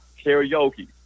Karaoke